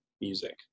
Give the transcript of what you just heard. music